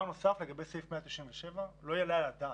לגבי סעיף 197. לא יעלה על הדעת,